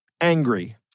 angry